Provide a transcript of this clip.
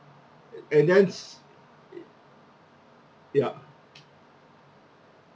and then s~ ya